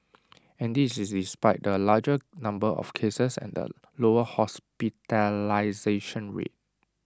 and this is despite the larger number of cases and the lower hospitalisation rate